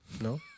No